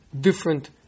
different